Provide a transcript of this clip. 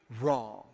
wrong